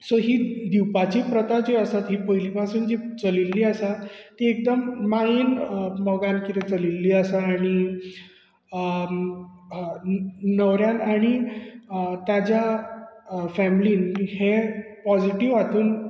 so ही दिवपाची प्रथा जी आसा ती पयली पासुन जी चलील्ली आसा ती एकदम मायेन अ मोगान कितें चलील्ली आसा आनी अम ह न्हवऱ्यान आनी अ ताज्या अ फॅमलीन हे पोजिटिव हातुन